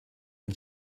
ein